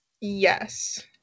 Yes